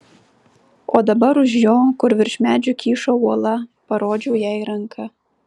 o dabar už jo kur virš medžių kyšo uola parodžiau jai ranka